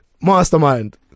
Mastermind